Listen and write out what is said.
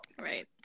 Right